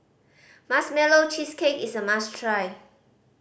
Marshmallow Cheesecake is a must try